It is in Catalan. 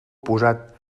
posat